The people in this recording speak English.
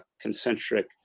concentric